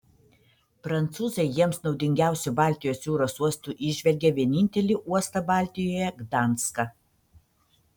prancūzai jiems naudingiausiu baltijos jūros uostu įžvelgia vienintelį uostą baltijoje gdanską